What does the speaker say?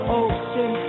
ocean